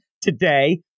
today